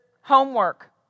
homework